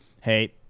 hey